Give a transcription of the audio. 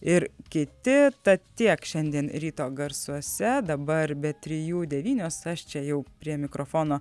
ir kiti tad tiek šiandien ryto garsuose dabar be trijų devynios aš čia jau prie mikrofono